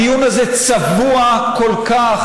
הדיון הזה צבוע כל כך.